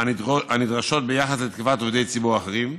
הנדרשות ביחס לתקיפת עובדי ציבור אחרים.